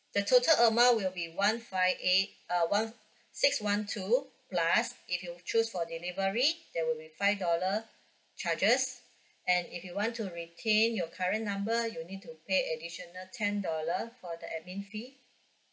the total amount will be one five eight uh one six two plus if you choose for delivery there will be five dollar charges and if you want to retain your current number you'll need to pay additional ten dollar for the admin fee